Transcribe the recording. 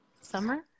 Summer